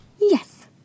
Yes